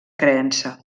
creença